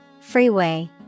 Freeway